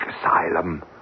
asylum